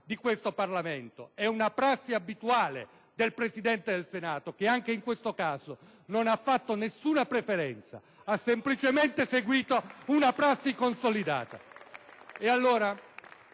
di questo Parlamento e del Presidente del Senato che, anche in questo caso, non ha fatto nessuna preferenza; ha semplicemente seguito una prassi consolidata.